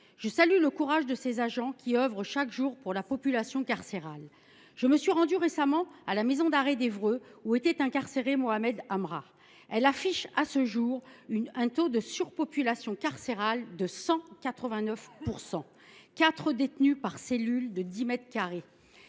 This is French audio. Je salue leur courage, car ils œuvrent chaque jour pour la population carcérale. Je me suis rendue récemment à la maison d’arrêt d’Évreux, où était incarcéré Mohamed Amra. Elle affiche à ce jour un taux de surpopulation carcérale de 189 %, avec quatre détenus par cellule de 10 mètres carrés.